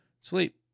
Sleep